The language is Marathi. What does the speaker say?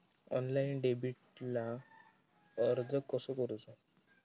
ऑनलाइन डेबिटला अर्ज कसो करूचो?